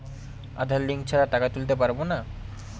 আধার link ছাড়া টাকা তুলতে পারব না?